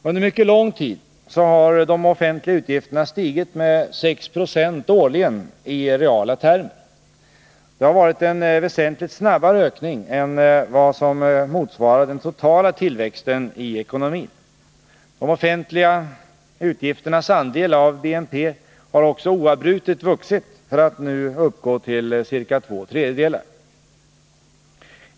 Under mycket lång tid har de offentliga utgifterna stigit med 6 96 årligen i reala termer. Det har varit en väsentligt snabbare ökning än vad som motsvarar den totala tillväxten i ekonomin. De offentliga utgifternas andel av BNP har också oavbrutet vuxit för att nu uppgå till ca två tredjedelar.